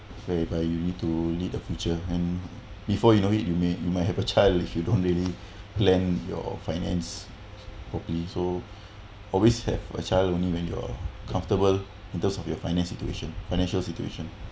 whereby you need to lead a future and before you know it you may you might have a child if you don't really plan your finance properly so always have a child only when you're comfortable in terms of your finance situation financial situation